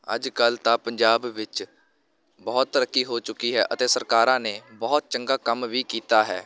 ਅੱਜ ਕੱਲ੍ਹ ਤਾਂ ਪੰਜਾਬ ਵਿੱਚ ਬਹੁਤ ਤਰੱਕੀ ਹੋ ਚੁੱਕੀ ਹੈ ਅਤੇ ਸਰਕਾਰਾਂ ਨੇ ਬਹੁਤ ਚੰਗਾ ਕੰਮ ਵੀ ਕੀਤਾ ਹੈ